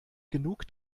genug